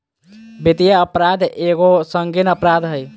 वित्तीय अपराध एगो संगीन अपराध हइ